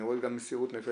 אני רואה את מסירות הנפש